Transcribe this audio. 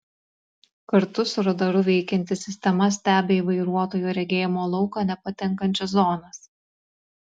kartu su radaru veikianti sistema stebi į vairuotojo regėjimo lauką nepatenkančias zonas